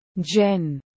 Jen